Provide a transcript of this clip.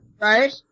Right